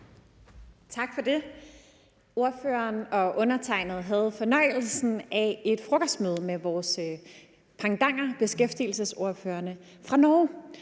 Tak for det. Ordføreren og undertegnede havde fornøjelsen af et frokostmøde med vores kollegaer beskæftigelsesordførerne fra Norge,